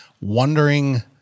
wondering